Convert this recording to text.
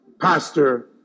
pastor